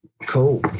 cool